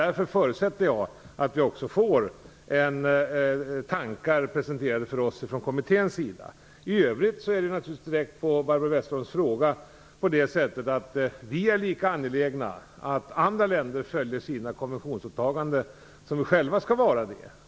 Jag förutsätter därför att vi också får tankar presenterade för oss från kommitténs sida. Till svar på Barbro Westerholms direkta fråga vill jag säga att vi är lika angelägna om att andra länder följer sina konventionsåtaganden som att vi själva skall göra det.